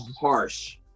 harsh